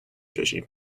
fishing